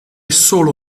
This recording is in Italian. solo